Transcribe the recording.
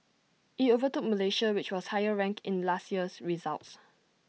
IT overtook Malaysia which was higher ranked in last year's results